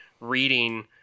reading